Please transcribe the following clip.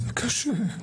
זה קשה.